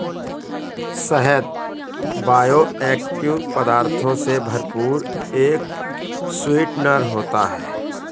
शहद बायोएक्टिव पदार्थों से भरपूर एक स्वीटनर होता है